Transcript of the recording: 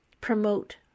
promote